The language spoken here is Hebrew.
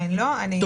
עדיין לא יכול לקבל.